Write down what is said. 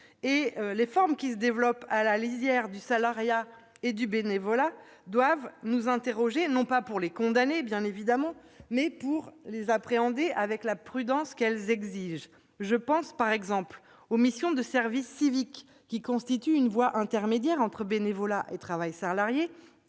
Les formes qui se développent à la lisière du salariat et du bénévolat doivent à ce titre susciter notre interrogation, non pour les condamner, mais pour les appréhender avec la prudence qu'elles exigent. Je pense aux missions de service civique, qui constituent une voie intermédiaire entre bénévolat et travail salarié,